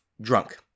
drunk